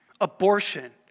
abortion